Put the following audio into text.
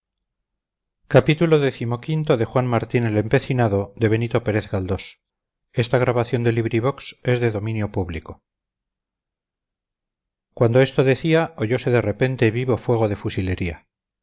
los heridos cuando esto decía oyose de repente vivo fuego de fusilería